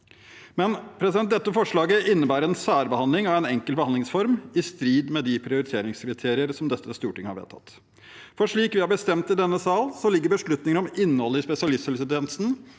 dette forslaget innebærer en særbehandling av en enkelt behandlingsform, i strid med de prioriteringskriterier som Stortinget har vedtatt. Slik vi har bestemt det i denne salen, ligger beslutninger om innholdet i spesialisthelsetjenesten,